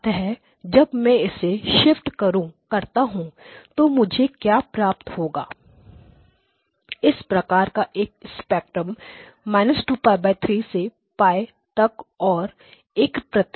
अतः जब मैं इसे शिफ्ट करता हूं तो मुझे क्या प्राप्त हुआ होगा होता इस प्रकार का एक स्पेक्ट्रम −2π 3 से π तक और एक और प्रति